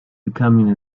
becoming